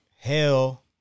hell